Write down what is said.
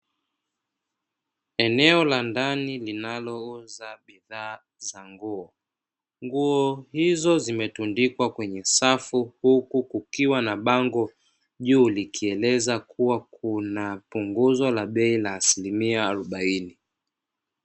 Eneo la ndani linalouza bidhaa za nguo, nguo hizo zimetundikwa kwenye safu, huku kukiwa na bango juu likieleza kuwa kuna punguzo la bei la asilimia arubaini.